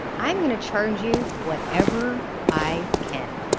i'm going to charge you whatever i can.